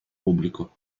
pubblico